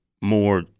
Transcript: more